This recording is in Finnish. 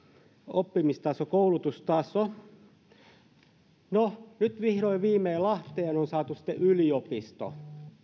oppimistaso koulutustaso nyt vihdoin viimein lahteen on saatu yliopisto